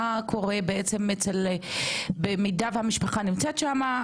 מה קורה בעצם במידה והמשפחה נמצאת שם,